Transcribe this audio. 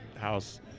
house